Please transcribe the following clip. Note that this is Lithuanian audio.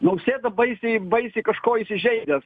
nausėda baisiai baisiai kažko įsižeidęs